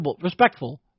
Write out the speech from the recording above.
respectful